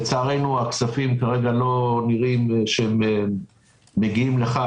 לצערנו הכספים כרגע לא נראה שהם מגיעים לכך